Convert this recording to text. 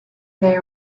they